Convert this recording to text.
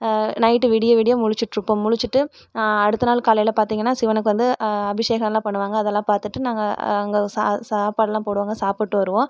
night விடிய விடிய முழிச்சிட்டுருப்போம் முழிச்சிட்டு அடுத்த நாள் காலையில் பார்த்திங்கனா சிவனுக்கு வந்து அபிஷேகம்லாம் பண்ணுவாங்கள் அதெல்லாம் பார்த்துட்டு நாங்கள் அங்கே சா சாப்பாடுலாம் போடுவாங்கள் சாப்பிட்டு வருவோம்